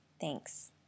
Thanks